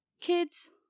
kids